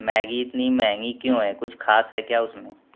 Maggi इतनी महँगी क्यों है कुछ ख़ास है क्या उसमें